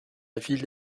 ville